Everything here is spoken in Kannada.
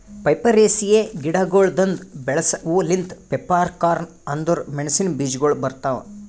ಪೈಪರೇಸಿಯೆ ಗಿಡಗೊಳ್ದಾಂದು ಬೆಳಸ ಹೂ ಲಿಂತ್ ಪೆಪ್ಪರ್ಕಾರ್ನ್ ಅಂದುರ್ ಮೆಣಸಿನ ಬೀಜಗೊಳ್ ಬರ್ತಾವ್